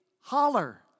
holler